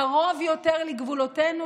קרוב יותר לגבולותינו.